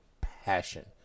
passion